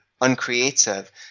uncreative